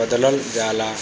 बदलल जाला